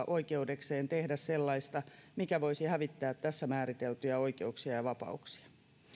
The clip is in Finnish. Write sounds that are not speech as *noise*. *unintelligible* oikeudekseen tehdä sellaista mikä voisi hävittää tässä määriteltyjä oikeuksia ja vapauksia